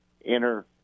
inner